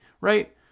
right